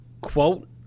quote